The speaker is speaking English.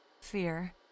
fear